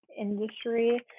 industry